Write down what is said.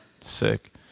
Sick